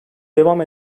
devam